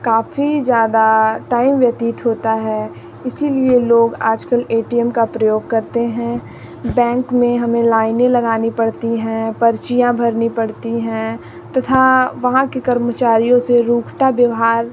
काफ़ी ज़्यादा टाइम व्यतीत होता है इसीलिए लोग आजकल ए टी एम का प्रयोग करते हैं बैंक में हमें लाइनें लगानी पड़ती हैं पर्चियाँ भरनी पड़ती हैं तथा वहाँ की कर्मचारियों से रूखा व्यवहार